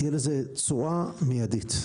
תהיה לזה תשואה מיידית.